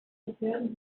gefährden